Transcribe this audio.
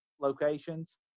locations